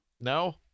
no